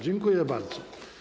Dziękuję bardzo.